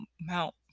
Mount